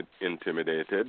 intimidated